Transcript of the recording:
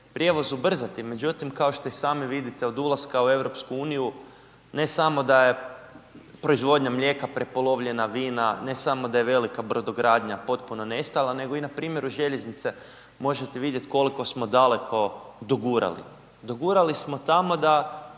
prijevoz ubrzati, međutim kao što i sami vidite od ulaska u EU ne samo da je proizvodnja mlijeka prepolovljena, vina, ne samo da je velika brodogradnja potpuno nestala, nego i na primjeru željeznica možete vidjet koliko smo daleko dogurali, dogurali smo tamo da